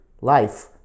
Life